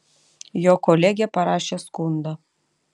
jo kolegė parašė skundą